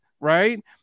right